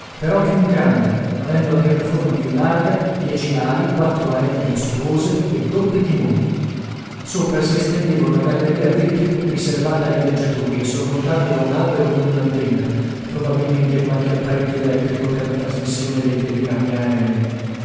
però più in grande avendo la piattaforma più larga dieci ali quattro eliche mostruose e doppi timoni sopra si estendeva una galleria a vetri riservata ai viaggiatori e sormontata da un albero con una antenna probabilmente qualche apparecchio elettrico per la trasmissione dei telegrammi aerei